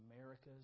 America's